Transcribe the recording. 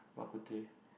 Bak-Kut-Teh